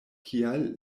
kial